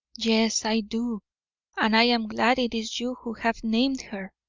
yes, i do and i am glad it is you who have named her.